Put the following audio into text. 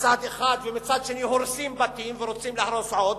מצד אחד, ומצד שני הורסים בתים ורוצים להרוס עוד,